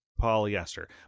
polyester